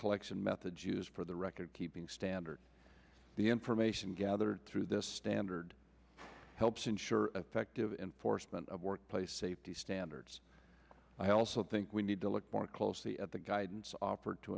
collection methods used for the record keeping standard the information gathered through this standard helps ensure affective enforcement of workplace safety standards i also think we need to look more closely at the guidance offered to